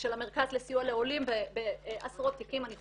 ושל המרכז לסיוע לעולים בעשרות תיקים אני חושבת,